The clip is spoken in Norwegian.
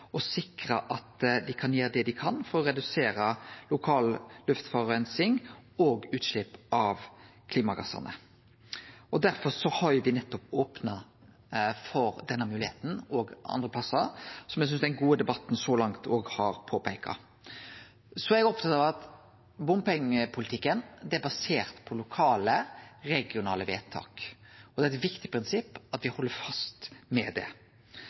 at dei kan gjere det dei kan for å redusere lokal luftforureining og utslepp av klimagassar. Derfor har me opna nettopp for denne moglegheita òg andre plassar – som eg synest den gode debatten så langt òg har påpeikt. Så er eg opptatt av at bompengepolitikken er basert på lokale, regionale vedtak, og det er eit viktig prinsipp at me held fast ved det.